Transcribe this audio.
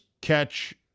catch